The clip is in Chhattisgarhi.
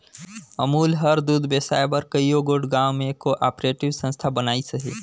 अमूल हर दूद बेसाए बर कइयो गोट गाँव में को आपरेटिव संस्था बनाइस अहे